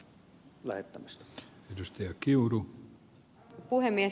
arvoisa puhemies